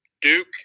Duke